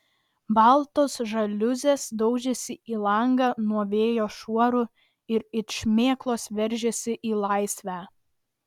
baltos žaliuzės daužėsi į langą nuo vėjo šuorų ir it šmėklos veržėsi į laisvę